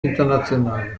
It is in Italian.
internazionale